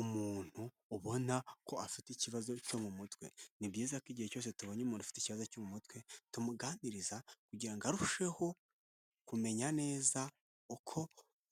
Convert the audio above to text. Umuntu ubona ko afite ikibazo cyo mu mutwe, ni byiza ko igihe cyose tubonye umuntu ufite ikibazo cyo mutwe, tumuganiriza kugira ngo arusheho kumenya neza uko